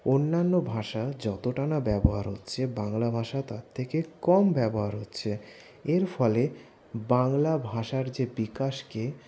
অন্যান্য ভাষা যতটা না ব্যবহার হচ্ছে বাংলা ভাষা তার থেকে কম ব্যবহার হচ্ছে এর ফলে বাংলা ভাষার যে বিকাশকে